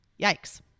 Yikes